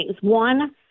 One